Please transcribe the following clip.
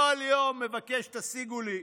כל יום מבקש: תשיגו לי.